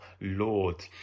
Lord